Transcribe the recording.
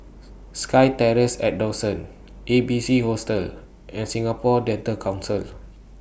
SkyTerrace At Dawson A B C Hostel and Singapore Dental Council